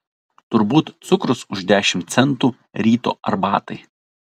turbūt cukrus už dešimt centų ryto arbatai